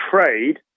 trade